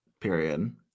period